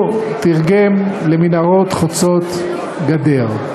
הוא תרגם למנהרות חוצות-גדר,